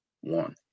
one